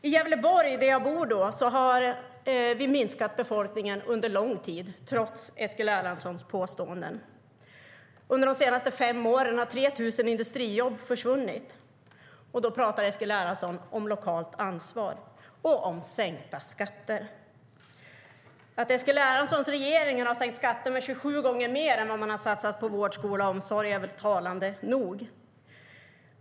I Gävleborg, där jag bor, har befolkningen minskat under lång tid, trots Eskil Erlandssons påståenden. Under de senaste fem åren har 3 000 industrijobb försvunnit - och då pratar Eskil Erlandsson om lokalt ansvar och om sänkta skatter! Att Eskil Erlandssons regering har sänkt skatter med 27 gånger mer än vad man har satsat på vård, skola och omsorg är väl talande nog.